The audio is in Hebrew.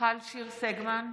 מיכל שיר סגמן.